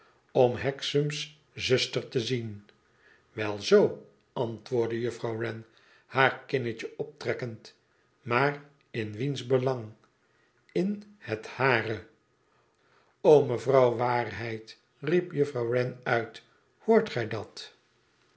om hexam's zuster te zien wel zoo antwoordde juffrouw wren haar kinnetje optrekkend maar in wiens belang in het hare lo mevrouw w riep juffrouw wren uit i hoort gij dat